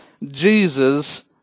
Jesus